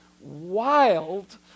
wild